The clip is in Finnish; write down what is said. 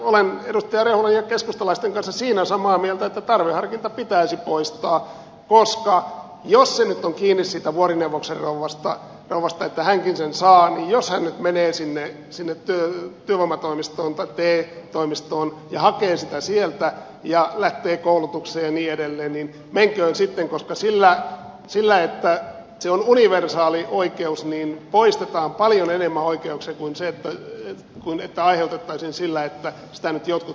olen edustaja rehulan ja keskustalaisten kanssa siinä samaa mieltä että tarveharkinta pitäisi poistaa koska jos se nyt on kiinni siitä vuorineuvoksen rouvasta että hänkin sen saa niin jos hän nyt menee sinne te toimistoon ja hakee sitä sieltä ja lähtee koulutukseen ja niin edelleen niin menköön sitten koska sillä että se on universaali oikeus poistetaan paljon enemmän oikeuksia kuin aiheutettaisiin sillä että sitä nyt jotkut hyvätuloisetkin saavat